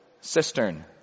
cistern